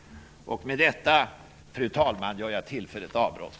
Med detta, fru talman, gör jag tillfälligt avbrott.